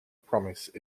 promise